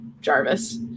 Jarvis